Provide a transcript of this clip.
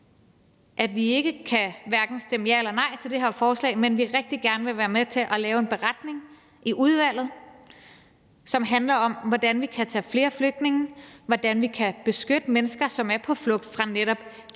at vi hverken kan stemme ja eller nej til det her forslag, men at vi rigtig gerne vil være med til at lave en beretning i udvalget, som handler om, hvordan vi kan tage flere flygtninge, og hvordan vi kan beskytte mennesker, som er på flugt fra netop